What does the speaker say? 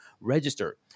register